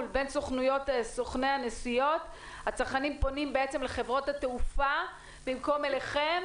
בין סוכני הנסיעות והצרכנים פונים לחברות התעופה במקום אליכם,